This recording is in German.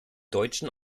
deutschen